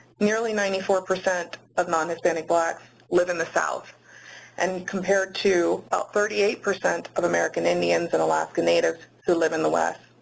nearly ninety four percent of non-hispanic blacks live in the south and compared to thirty eight percent of american indians and alaskan natives who live in the west.